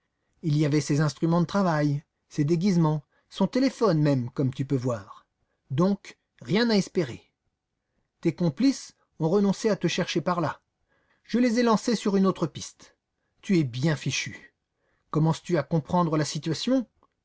il y avait ses instruments de travail ses déguisements son téléphone même comme tu peux voir donc rien à espérer tes complices ont renoncé à te chercher par là je les ai lancés sur une autre piste tu es bien fichu commences tu à comprendre la situation